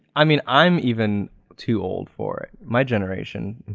i mean, i'm even too old for it, my generation.